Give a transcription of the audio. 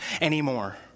anymore